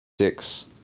six